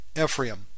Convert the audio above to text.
Ephraim